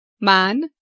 Man